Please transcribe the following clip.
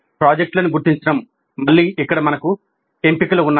ప్రాజెక్టులను గుర్తించడం మళ్ళీ ఇక్కడ మనకు ఎంపికలు ఉన్నాయి